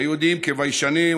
הידועים כביישנים,